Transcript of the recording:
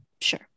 Sure